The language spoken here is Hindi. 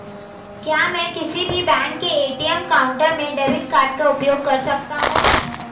क्या मैं किसी भी बैंक के ए.टी.एम काउंटर में डेबिट कार्ड का उपयोग कर सकता हूं?